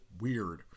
weird